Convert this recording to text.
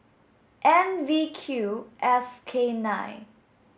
N V Q S K nine